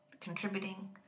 contributing